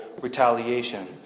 retaliation